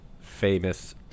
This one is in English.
famous